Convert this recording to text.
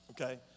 Okay